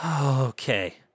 Okay